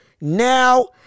now